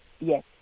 yes